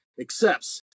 accepts